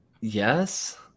Yes